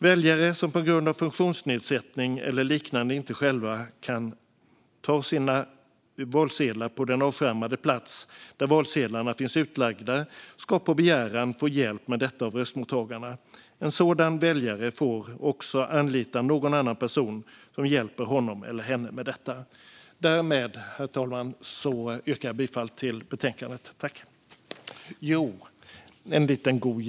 Väljare som på grund av funktionsnedsättning eller liknande inte själva kan ta sina valsedlar på den avskärmade plats där valsedlarna finns utlagda ska på begäran få hjälp med detta av röstmottagarna. En sådan väljare får också anlita någon annan person som hjälper honom eller henne med detta. Herr talman! Jag yrkar därmed bifall till förslaget i betänkandet. Jo, jag vill säga en liten sak till.